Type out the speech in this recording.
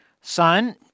son